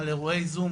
על אירועי זום,